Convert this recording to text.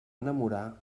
enamorar